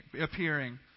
appearing